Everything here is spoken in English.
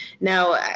Now